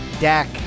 dak